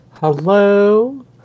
Hello